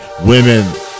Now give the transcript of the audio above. women